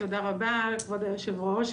תודה רבה לכבוד היושב-ראש.